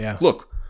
look